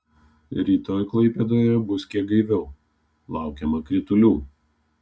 rytoj klaipėdoje bus kiek gaiviau laukiama kritulių